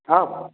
आम्